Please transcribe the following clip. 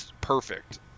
perfect